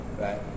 Right